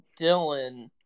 Dylan –